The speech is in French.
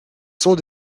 sont